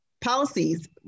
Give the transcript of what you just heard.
policies